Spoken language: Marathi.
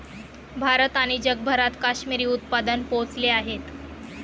भारत आणि जगभरात काश्मिरी उत्पादन पोहोचले आहेत